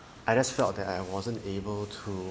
I just felt that I wasn't able to